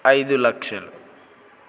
ఐదు లక్షలు